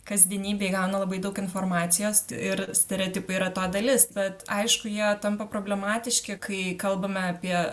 kasdienybėj gauna labai daug informacijos ir stereotipai yra to dalis tad aišku jie tampa problematiški kai kalbame apie